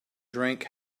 drank